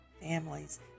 families